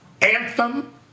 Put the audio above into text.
anthem